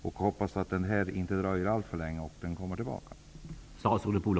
Jag hoppas att utredningen inte dröjer alltför länge med sitt arbete.